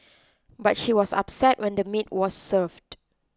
but she was upset when the meat was served